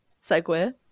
Segue